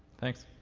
thanks.